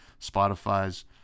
spotify's